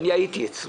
אני הייתי אצלו,